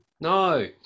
No